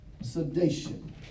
sedation